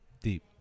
deep